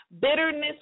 Bitterness